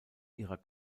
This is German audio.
ihrer